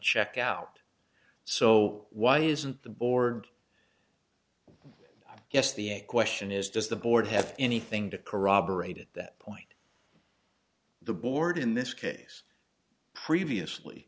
check out so why isn't the board yes the question is does the board have anything to corroborate at that point the board in this case previously